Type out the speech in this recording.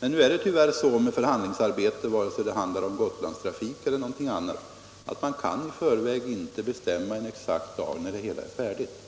Men nu är det tyvärr så med förhandlingsarbete, vare sig det handlar om Gotlandstrafik eller någonting annat, att man inte i förväg kan bestämma en exakt dag när det hela är färdigt.